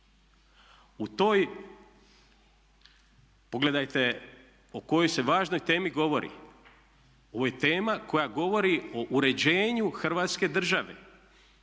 U toj, pogledajte o kojoj se važnoj temi govori, ovo je tema koja govori o uređenju Hrvatske države